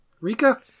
Rika